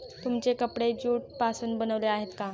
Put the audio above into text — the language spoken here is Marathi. तुमचे कपडे ज्यूट पासून बनलेले आहेत का?